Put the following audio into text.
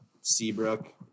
Seabrook